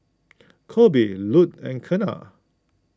Colby Lute and Keena